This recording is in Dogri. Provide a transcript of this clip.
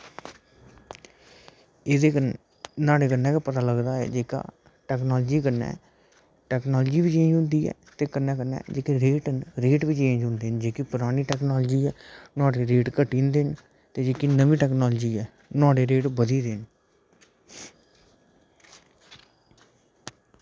एह्दे कन्नै न्हाड़े कन्नै गै पता लगदा ऐ जेह्का टेक्नोलॉज़ी कन्नै टोक्नोलॉज़ी बी होंदी ऐ जेह्ड़ी ते कन्नै कन्नै जेह्के रेट बी चेंज़ होंदे न लेकिन परानी टेक्नोलॉज़ी ऐ नुहाड़े रेट घटी जंदे न ते जेह्ड़ी नमीं टेक्नोलॉज़ी ऐ नुहाड़े रेट बधी जंदे न